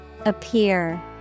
Appear